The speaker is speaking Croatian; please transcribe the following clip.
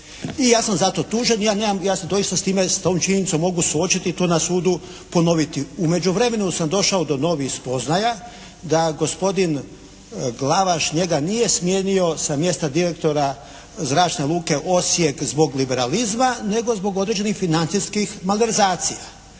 Ja nemam, ja se doista s time, s tom činjenicom mogu suočiti, to na sudu mogu ponoviti. U međuvremenu sam došao do novih spoznaja da gospodin Glavaš njega nije smijenio sa mjesta direktora Zračne luke Osijek zbog liberalizma nego zbog određenih financijskih malverzacija.